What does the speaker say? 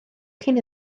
cyn